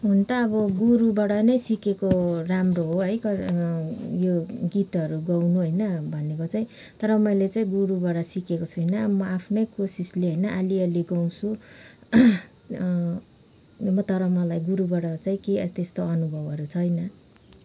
हुन त अब गुरुबाट नै सिकेको राम्रो हो है यो गीतहरू गाउनु होइन भनेको चाहिँ तर मैले चाहिँ गुरुबाट सिकेको छुइनँ म आफ्नै कोसिसले अलि अलि गाउँछु तर मलाई गुरुबाट चाहिँ त्यस्तो अनुभवहरू छैन